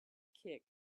kick